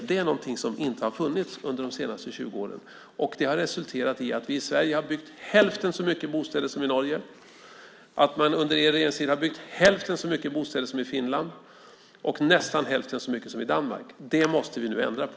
Sådana förutsättningar har inte funnits under de senaste 20 åren, vilket resulterat i att det i Sverige under Socialdemokraternas regeringstid byggts hälften så mycket bostäder som i Norge, hälften så mycket som i Finland och knappt hälften så mycket som i Danmark. Det måste vi nu ändra på.